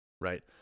right